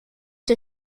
der